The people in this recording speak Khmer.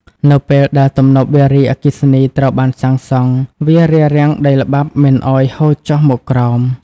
នៅពេលដែលទំនប់វារីអគ្គិសនីត្រូវបានសាងសង់ វារារាំងដីល្បាប់មិនឲ្យហូរចុះមកក្រោម។